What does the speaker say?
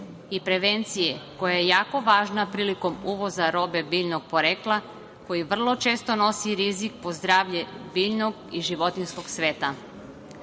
i prevencije koja je jako važna prilikom uvoza robe biljnog porekla, koji vrlo često nosi rizik po zdravlje biljnog i životinjskog